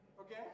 okay